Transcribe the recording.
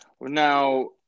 now